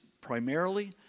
primarily